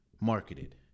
marketed